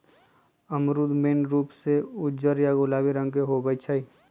अमरूद मेन रूप से उज्जर या गुलाबी रंग के होई छई